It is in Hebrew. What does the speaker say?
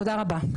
תודה רבה.